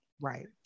Right